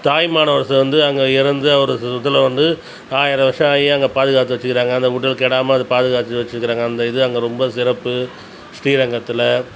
தாயுமானவர்ஸ் வந்து அங்கே இறந்து அவரை சு இதில் வந்து ஆயிரம் வருஷம் ஆயி அங்கே பாதுகாத்து வச்சுக்கிறாங்க அந்த உடல் கெடாமல் அதை பாதுகாத்து வச்சுக்கிறாங்க அந்த இது அங்கே ரொம்ப சிறப்பு ஸ்ரீரங்கத்தில்